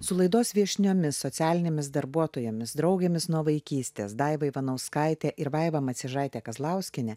su laidos viešniomis socialinėmis darbuotojomis draugėmis nuo vaikystės daiva ivanauskaitė ir vaiva mačiežaitė kazlauskienė